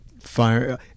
fire